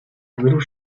little